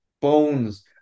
bones